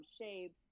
shapes